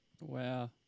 Wow